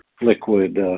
liquid